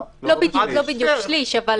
לא בדיוק שליש, אבל